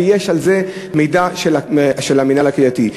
ויש על זה מידע של המינהל הקהילתי.